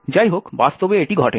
যাইহোক বাস্তবে এটি ঘটে না